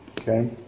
Okay